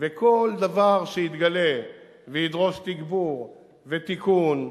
וכל דבר שהתגלה וידרוש תגבור ותיקון,